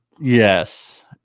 Yes